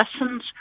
lessons